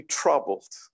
troubled